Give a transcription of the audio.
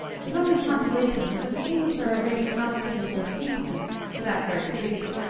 his only consolation was that the english are a race not given to effusiveness without very good reason,